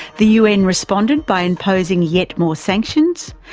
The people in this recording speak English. the un responded by imposing yet more sanctions,